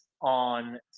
on